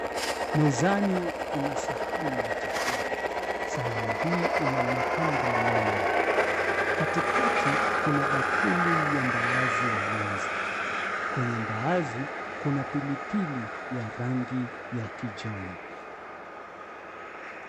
Mezani kuna sahani ya chakula, sahani hii ina mahamri manne. katikati kuna bakuli ya mbaazi za nazi, kwenye mbaazi kuna pilipili ya rangi ya kijani.